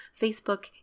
Facebook